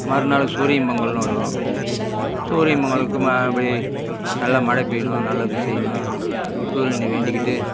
மறுநாள் சூரியன் பொங்கல்னு வரும் சூரியன் பொங்கலுக்கு மா போய் நல்லா மழை பெய்யணும் நல்லது செய்யணும் சூரியனை வேண்டிக்கிட்டு